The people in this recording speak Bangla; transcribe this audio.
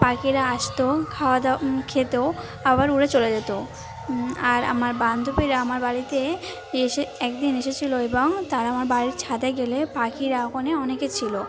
পাখিরা আসত খাওয়া দাওয়া খেত আবার উড়ে চলে যেত আর আমার বান্ধবীরা আমার বাড়িতে এসে একদিন এসেছিল এবং তারা আমার বাড়ির ছাদে গেলে পাখিরা ওখানে অনেকে ছিল